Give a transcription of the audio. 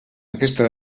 aquesta